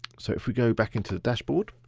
so if we go back into the dashboard,